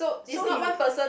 so you